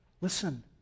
listen